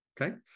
Okay